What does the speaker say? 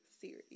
series